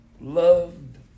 loved